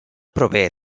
prové